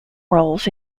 roles